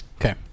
Okay